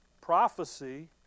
prophecy